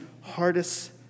hardest